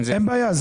אין בעיה.